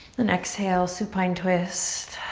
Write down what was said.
and exhale, supine twist.